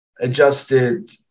adjusted